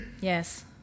Yes